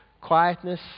quietness